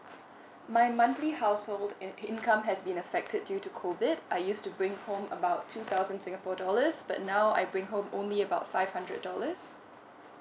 my monthly household in income has been affected due to COVID then I used to bring home about two thousand singapore dollars but now I bring home only about five hundred dollars